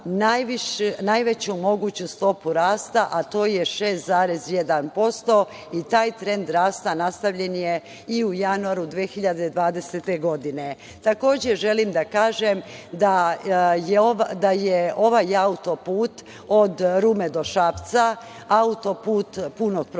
najveću moguću stopu rasta, a to je 6,1% i taj trend rasta nastavljen je i u januaru 2020. godine. Takođe želim da kažem da je ovaj autoput od Rume do Šapca, autoput punog profila,